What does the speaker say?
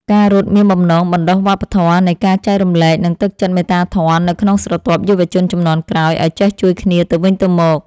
ការរត់មានបំណងបណ្ដុះវប្បធម៌នៃការចែករំលែក និងទឹកចិត្តមេត្តាធម៌នៅក្នុងស្រទាប់យុវជនជំនាន់ក្រោយឱ្យចេះជួយគ្នាទៅវិញទៅមក។